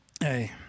hey